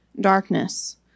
darkness